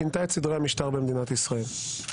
שינתה את סדרי המשטר במדינת ישראל.